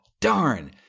darn